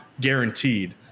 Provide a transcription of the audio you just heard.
guaranteed